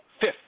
Fifth